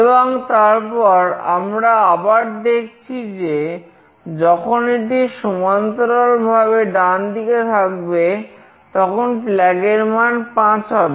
এবং তারপর আমরা আবার দেখছি যে যখন এটি সমান্তরালভাবে ডান দিকে থাকবে তখন flag এর মান 5 হবে